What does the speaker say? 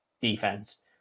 defense